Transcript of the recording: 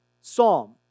psalm